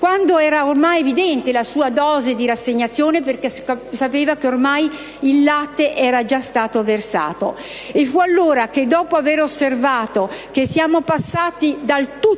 quando era ormai evidente la sua dose di rassegnazione perché sapeva che ormai «il latte era già stato versato». E fu allora che dopo aver osservato che siamo passati dal tutto